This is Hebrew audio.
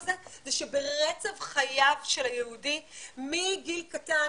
הזה היא שברצף חייו של היהודי מגיל קטן,